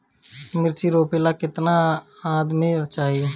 मिर्च रोपेला केतना आदमी चाही?